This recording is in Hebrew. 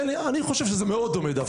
אני חושב שזה מאוד דומה דווקא.